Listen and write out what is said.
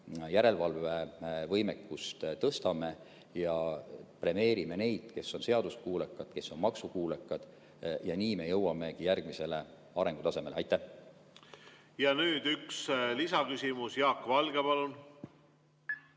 järelevalvevõimekust tõstame ja premeerime neid, kes on seaduskuulekad, kes on maksukuulekad. Nii me jõuamegi järgmisele arengutasemele. Ja nüüd üks lisaküsimus. Jaak Valge, palun!